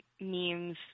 memes